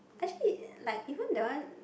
actually like even that one